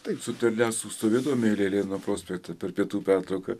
taip su terlecku stovėdavome realiai nuo prospekto per pietų pertrauką